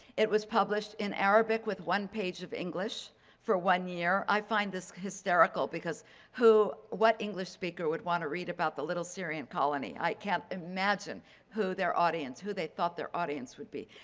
it was published in arabic with one page of english for one year. i find this hysterical because who what english speaker would want to read about the little syrian colony. i can't imagine who their audience, who they thought their audience would be,